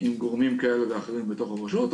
עם גורמים כאלה ואחרים בתוך הרשות,